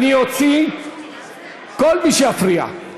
אני אוציא כל מי שיפריע.